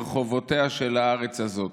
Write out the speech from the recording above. ברחובותיה של הארץ הזאת.